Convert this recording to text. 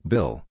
Bill